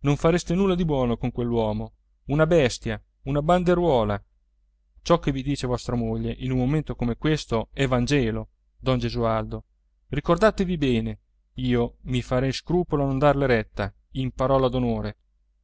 non fareste nulla di buono con quell'uomo una bestia una banderuola ciò che vi dice vostra moglie in un momento come questo è vangelo don gesualdo ricordatevi bene io mi farei scrupolo a non darle retta in parola